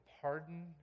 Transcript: pardon